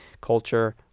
culture